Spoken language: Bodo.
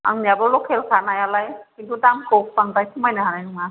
आंनियाबो लखेलखा नायालाय किन्थु दामखौ बांद्रा खमायनो हानाय नङा